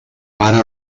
pare